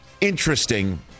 interesting